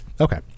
okay